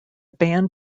band